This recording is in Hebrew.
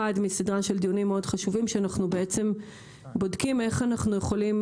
מסדרה של דיונים מאוד חשובים שבהם אנחנו בודקים איך אנחנו יכולים